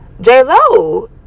J-Lo